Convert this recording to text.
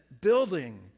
building